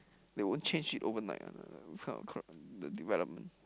they won't change it overnight one uh this kind of k~ the development